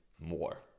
more